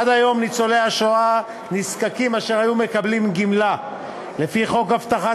עד היום ניצולי שואה נזקקים אשר קיבלו גמלה לפי חוק הבטחת